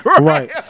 right